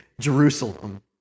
Jerusalem